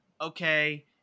okay